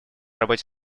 работе